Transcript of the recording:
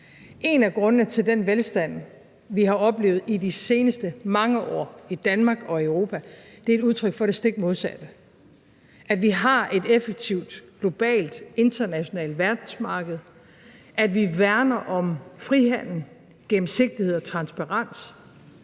En af grundene til den velstand, vi har oplevet i de seneste mange år i Danmark og i Europa, er et udtryk for det stik modsatte – at vi har et effektivt globalt internationalt verdensmarked, at vi værner om frihandel, gennemsigtighed og transparens.